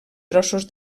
trossos